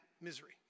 misery